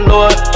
Lord